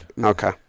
okay